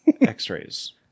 X-rays